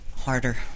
Harder